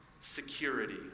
security